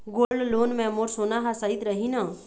Gold loan मे मोर सोना हा सइत रही न?